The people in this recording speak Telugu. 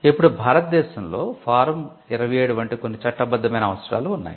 ఇప్పుడు భారతదేశంలో ఫారం 27 వంటి కొన్ని చట్టబద్ధమైన అవసరాలు ఉన్నాయి